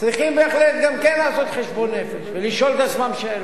צריכים בהחלט גם כן לעשות חשבון נפש ולשאול את עצמם שאלות.